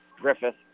griffith